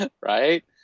right